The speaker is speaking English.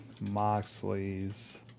Moxley's